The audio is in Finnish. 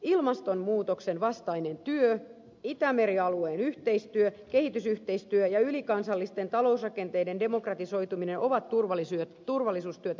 ilmastonmuutoksenvastainen työ itämeri alueen yhteistyö kehitysyhteistyö ja ylikansallisten talousrakenteiden demokratisoituminen ovat turvallisuustyötä parhaimmillaan